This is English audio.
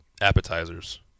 Appetizers